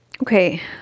Okay